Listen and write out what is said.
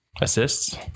Assists